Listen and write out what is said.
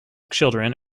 children